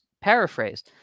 paraphrase